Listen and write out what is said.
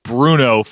Bruno